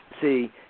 See